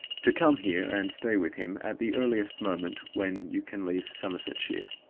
to come here and stay with him at the earliest moment when you can leave somersetshire.